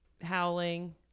howling